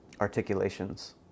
articulations